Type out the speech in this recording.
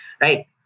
Right